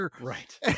right